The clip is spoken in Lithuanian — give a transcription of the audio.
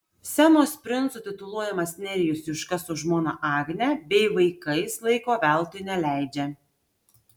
scenos princu tituluojamas nerijus juška su žmona agne bei vaikais laiko veltui neleidžia